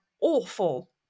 awful